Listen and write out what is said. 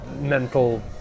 mental